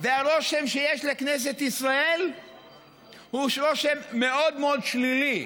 והרושם שיש לכנסת ישראל הוא רושם מאוד מאוד שלילי,